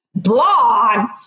blogs